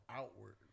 outward